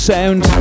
Sound